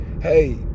Hey